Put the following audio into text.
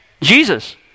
Jesus